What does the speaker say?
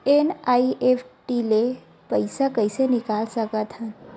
NEFT ले पईसा कइसे निकाल सकत हन?